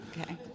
Okay